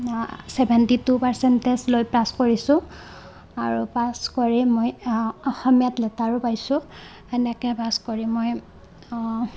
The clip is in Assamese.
ছেভেণ্টি টু পাৰ্চেণ্টেজ লৈ পাছ কৰিছোঁ আৰু পাছ কৰি মই অসমীয়াত লেটাৰো পাইছোঁ সেনেকৈ পাছ কৰি মই